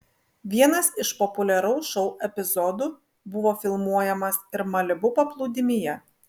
vienas iš populiaraus šou epizodų buvo filmuojamas ir malibu paplūdimyje